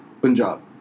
Punjab